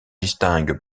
distingue